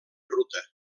ruta